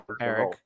Eric